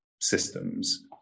systems